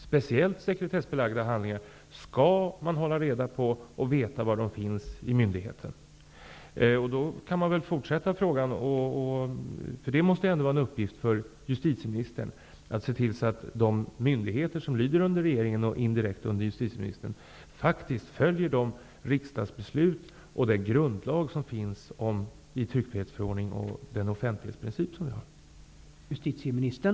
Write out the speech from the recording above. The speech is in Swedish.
Speciellt sekretessbelagda handlingar skall man hålla reda på och veta var de finns i myndigheten. Det måste ändå vara en uppgift för justitieministern att se till så att de myndigheter som lyder under regeringen, och indirekt under justitieministern, faktiskt följer de riksdagsbeslut och den grundlag som vi har och som finns i tryckfrihetsförordningen och offentlighetsprincipen.